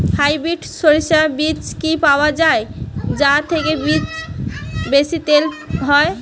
Hybrid শরিষা বীজ কি পাওয়া য়ায় যা থেকে বেশি তেল হয়?